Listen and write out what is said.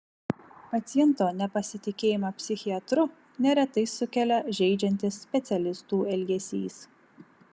paciento nepasitikėjimą psichiatru neretai sukelia žeidžiantis specialistų elgesys